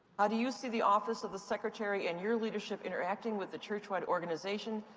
how do you see the office of the secretary and your leadership interacting with the churchwide organization,